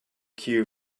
cue